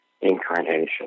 incarnation